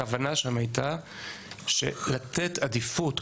הכוונה שם היתה לתת עדיפות.